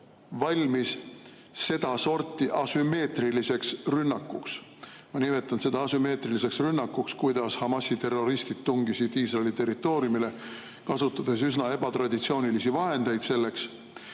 valmis sedasorti asümmeetriliseks rünnakuks. Ma nimetan seda asümmeetriliseks rünnakuks, kuidas Hamasi terroristid tungisid Iisraeli territooriumile, kasutades selleks üsna ebatraditsioonilisi vahendeid.